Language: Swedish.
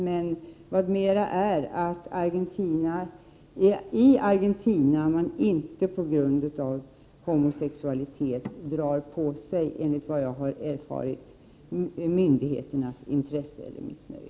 Men till detta skall läggas att man i Argentina på grund av homosexualitet inte drar på sig, enligt vad jag har erfarit, myndigheternas intresse eller missnöje.